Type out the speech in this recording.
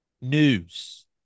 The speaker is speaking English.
news